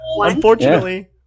Unfortunately